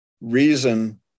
reason